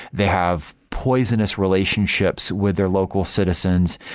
they have poisonous relationships with their local citizens.